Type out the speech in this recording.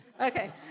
Okay